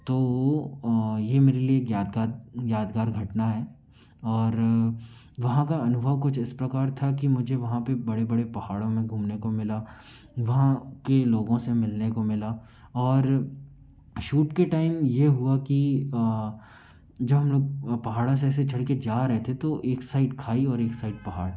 तो यह मेरे लिए यादगार यादगार घटना है और वहाँ का अनुभव कुछ इस प्रकार था कि मुझे वहाँ पर बड़े बड़े पहाड़ों में घूमने को मिला वहाँ के लोगों से मिलने को मिला और शूट के टाइम यह हुआ कि जो हम लोग पहाड़ों से ऐसे चढ़ कर जा रहे थे तो एक साइड खाई और एक साइड पहाड़